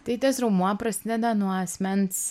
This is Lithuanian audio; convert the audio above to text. tai tas raumuo prasideda nuo asmens